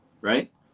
right